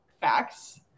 Facts